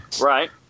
Right